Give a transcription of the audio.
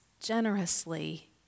generously